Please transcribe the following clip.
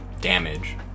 damage